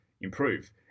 improve